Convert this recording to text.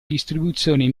distribuzione